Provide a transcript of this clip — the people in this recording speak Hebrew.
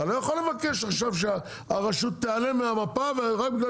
אתה לא יכול לבקש עכשיו שהרשות תיעלם מהמפה רק בגלל